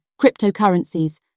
cryptocurrencies